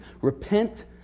Repent